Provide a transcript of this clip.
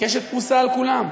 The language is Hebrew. הקשת פרוסה על כולם,